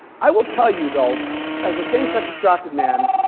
i will tell you though as a same-sex attracted man,